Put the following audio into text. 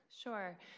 Sure